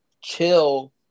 chill